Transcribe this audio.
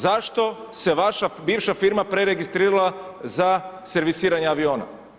Zašto se vaša bivša firma preregistrirala za servisiranje aviona?